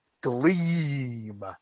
gleam